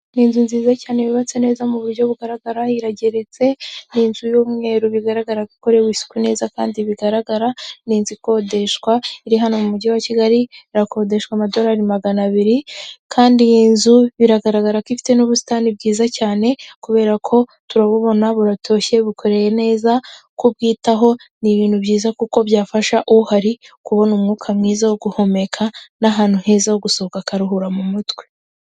Ni inzu nziza cyane yubatse neza mu buryo bugaragara irageretse, ni inzu y'umweru bigaragara ko ikoreye isuku neza kandi bigaragara, ni inzu ikodeshwa iri hano mu mujyi wa Kigali, irakodeshwa amadorari magana abiri kandi iyi nzu biragaragara ko ifite n'ubusitani bwiza cyane kubera ko turabubona buratoshye bukoreye neza, kubwitaho ni ibintu byiza kuko byafasha uhari kubona umwuka mwiza wo guhumeka, ni ahantu heza ho gusohoka akaruhura mu mutwe.